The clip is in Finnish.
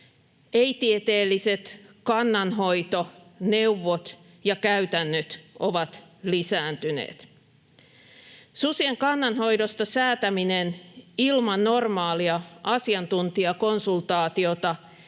Ei-tieteelliset kannanhoitoneuvot ja -käytännöt ovat lisääntyneet. Susien kannanhoidosta säätäminen ilman normaalia asiantuntijakonsultaatiota